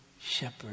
shepherd